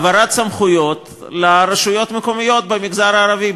העברת סמכויות לרשויות מקומיות במגזר הערבי,